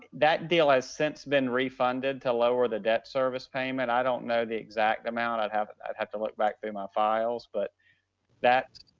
that deal has since been refunded to lower the debt service payment, i don't know the exact amount i'd have i'd have to look back through my files, but that,